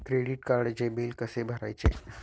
Credit कार्डचे bill कसे भरायचे?